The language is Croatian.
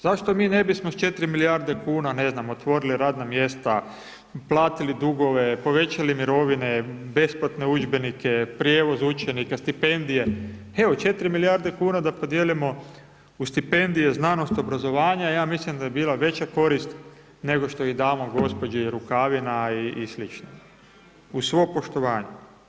Zašto mi ne bismo s 4 milijarde kuna, ne znam, otvorili radna mjesta, platili dugove, povećali mirovine, besplatne udžbenike, prijevoz učenika, stipendije, evo 4 milijarde kuna da podijelimo u stipendije, znanost, obrazovanje, ja mislim da bi bila veća korist nego što ih damo gđi. Rukavina i sl. uz svo poštovanje.